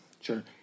Sure